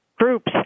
groups